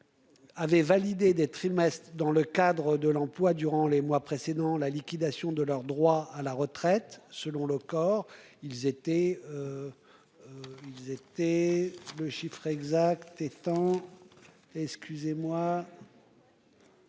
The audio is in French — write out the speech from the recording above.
Avait validé des trimestres dans le cadre de l'emploi durant les mois précédant la liquidation de leur droit à la retraite selon le corps. Ils étaient. Ils étaient le chiffre exact étant. Excusez-moi.